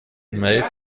made